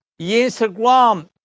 Instagram